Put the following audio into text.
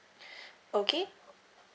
okay